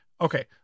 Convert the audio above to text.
okay